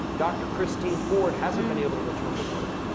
dr. christine ford hasn't been able to return to work.